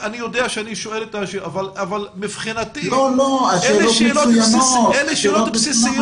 מבחינתי אלה שאלות בסיסיות.